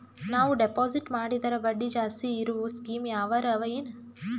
ನಾವು ಡೆಪಾಜಿಟ್ ಮಾಡಿದರ ಬಡ್ಡಿ ಜಾಸ್ತಿ ಇರವು ಸ್ಕೀಮ ಯಾವಾರ ಅವ ಏನ?